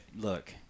Look